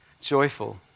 joyful